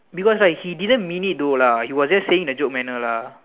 because right she didn't mean it though lah she was just saying the joke manner lah